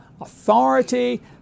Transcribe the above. authority